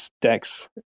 decks